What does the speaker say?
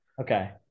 Okay